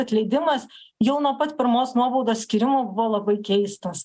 atleidimas jau nuo pat pirmos nuobaudos skyrimo buvo labai keistas